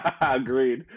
Agreed